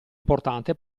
importante